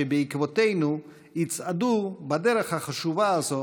שבעקבותינו יצעדו בדרך החשובה הזאת